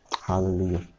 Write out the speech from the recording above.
Hallelujah